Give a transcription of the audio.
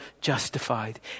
justified